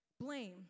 blame